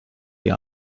die